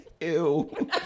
ew